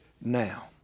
now